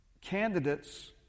candidates